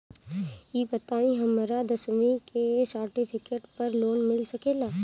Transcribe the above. ई बताई हमरा दसवीं के सेर्टफिकेट पर लोन मिल सकेला?